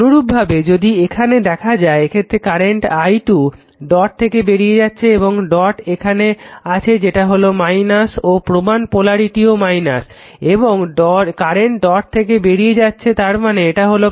অনুরূপভাবে যদি এখানে দেখা যায় এক্ষেত্রে কারেন্ট i 2 ডট থেকে বেরিয়ে যাচ্ছে এবং ডট এখানে আছে যেটা হলো - ও প্রমান পোলারিটিও এবং কারেন্ট ডট থেকে বেরিয়ে যাচ্ছে তারমানে এটা হবে